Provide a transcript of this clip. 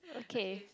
okay